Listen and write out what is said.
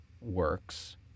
works